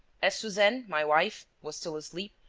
as suzanne my wife was still asleep,